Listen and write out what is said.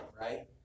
right